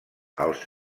als